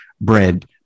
bread